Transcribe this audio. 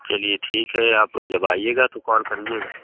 चलिए ठीक है आप जब आइएगा तो कॉल करिएगा